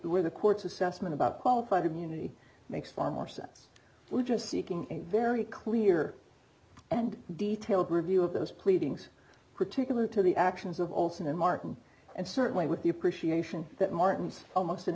where the court's assessment about qualified immunity makes far more sense to just seeking a very clear and detailed review of those pleadings particular to the actions of olson and martin and certainly with the appreciation that martin's almost an